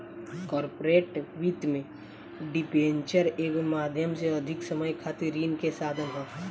corporate वित्त में debenture एगो माध्यम से अधिक समय खातिर ऋण के साधन ह